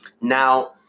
Now